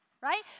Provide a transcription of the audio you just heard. Right